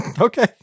Okay